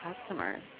customers